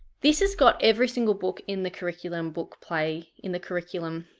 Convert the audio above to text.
this has got every single book in the curriculum book play in the curriculum